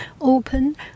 open